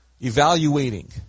Evaluating